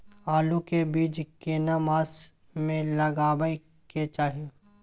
आलू के बीज केना मास में लगाबै के चाही?